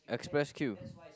express queue